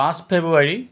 পাঁচ ফেব্ৰুৱাৰী